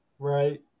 Right